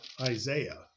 Isaiah